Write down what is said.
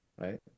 right